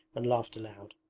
and laughed aloud.